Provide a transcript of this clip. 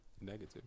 negative